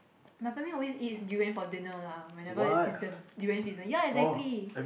my family always eats durian for dinner lah whenever it's the durian season ya exactly